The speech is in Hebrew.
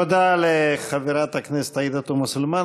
תודה לחברת הכנסת עאידה תומא סלימאן.